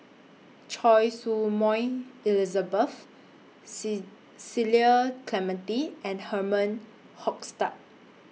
Choy Su Moi Elizabeth C Cecil Clementi and Herman Hochstadt